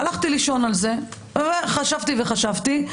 הלכתי לישון על זה וחשבתי וחשבתי,